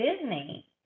Disney